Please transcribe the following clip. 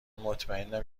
مطمئنم